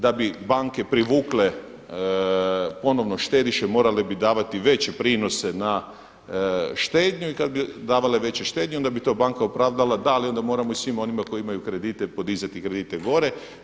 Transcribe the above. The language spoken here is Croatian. Da bi banke privukle ponovno štediše morale bi davati veće prinose na štednju i kad bi davale veće štednje onda bi to banka opravdala: Da, ali onda moramo i svima onima koji imaju kredite podizati kredite gore.